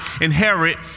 inherit